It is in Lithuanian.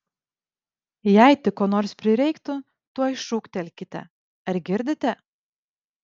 jei tik ko nors prireiktų tuoj šūktelkite ar girdite